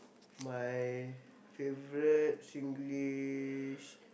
my favourite Singlish